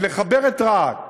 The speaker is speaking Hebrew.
כי לחבר את רהט